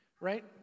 right